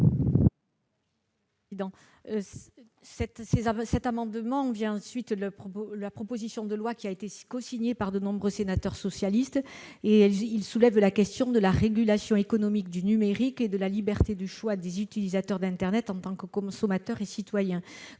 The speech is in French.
Cet amendement a été déposé à la suite d'une proposition de loi cosignée par de nombreux sénateurs socialistes. Il soulève la question de la régulation économique du numérique et de la liberté de choix des utilisateurs d'internet en tant que consommateurs et citoyens.